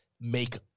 make